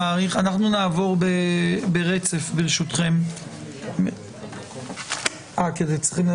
הישיבה ננעלה בשעה 12:08.